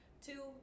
Two